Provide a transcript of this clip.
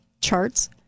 charts